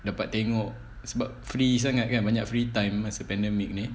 dapat tengok sebab free sangat kan banyak free time masa pandemic ni